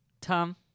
Tom